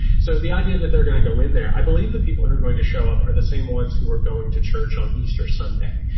so the idea that they're going to go in there, i believe the people who are going to show up are the same ones who are going to church on easter sunday.